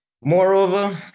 Moreover